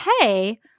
hey